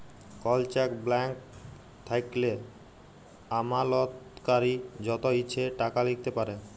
call cheque blank থ্যাইকলে আমালতকারী যত ইছে টাকা লিখতে পারে